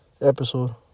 episode